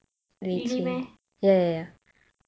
really meh